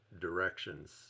directions